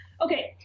Okay